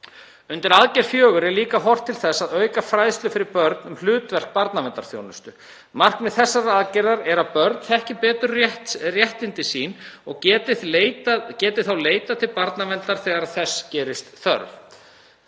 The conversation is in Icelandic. Undir aðgerð fjögur er líka horft til þess að auka fræðslu fyrir börn um hlutverk barnaverndarþjónustu. Markmið þessarar aðgerðar er að börn þekki betur réttindi sín og geti þá leitað til barnaverndar þegar þess gerist þörf.